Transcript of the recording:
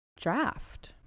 draft